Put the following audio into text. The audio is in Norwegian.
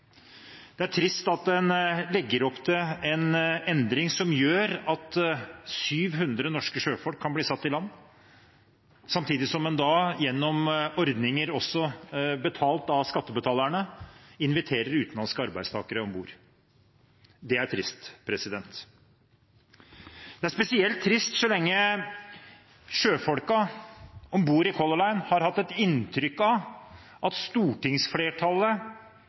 Det er trist at man legger opp til en endring som gjør at 700 norske sjøfolk kan bli satt i land, samtidig som man gjennom ordninger, også betalt av skattebetalerne, inviterer utenlandske arbeidstakere om bord. Det er trist. Det er spesielt trist så lenge sjøfolkene om bord i Color Line har hatt et inntrykk av at stortingsflertallet